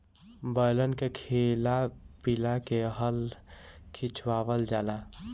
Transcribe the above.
बैलन के खिया पिया के हल खिचवावल जाला